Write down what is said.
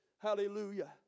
Hallelujah